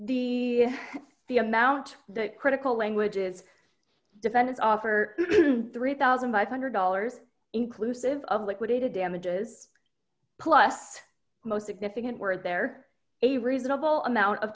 the the amount that critical languages defense offer three thousand five hundred dollars inclusive of liquidated damages plus most significant where there a reasonable amount of